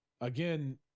again